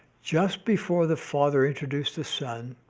just before the father introduced the son,